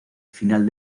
final